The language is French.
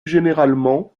généralement